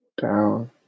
down